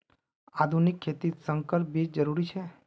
आधुनिक खेतित संकर बीज जरुरी छे